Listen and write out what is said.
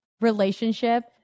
relationship